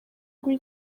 guha